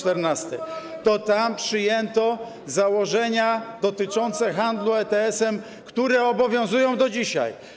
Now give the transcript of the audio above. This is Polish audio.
Wtedy przyjęto założenia dotyczące handlu ETS-em, które obowiązują do dzisiaj.